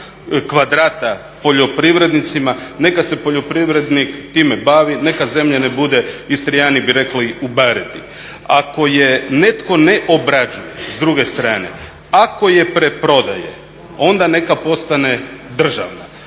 kvadrata poljoprivrednicima, neka se poljoprivrednik time bavi, neka zemlja nek bude Istrijani bi rekli u baredi. Ako je netko ne obrađuje s druge strane, ako je preprodaje onda neka postane državna.